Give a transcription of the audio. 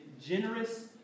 generous